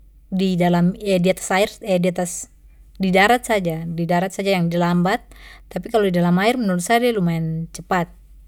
Di dalam di atas air di atas, di darat saja, di darat saja yang da lambat, tapi kalo di dalam air menurut sa da lumayan cepat.